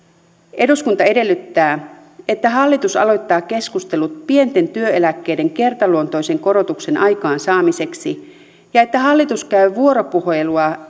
eduskunta edellyttää että hallitus aloittaa keskustelut pienten työeläkkeiden kertaluonteisen korotuksen aikaansaamiseksi ja että hallitus käy vuoropuhelua